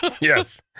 Yes